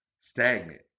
stagnant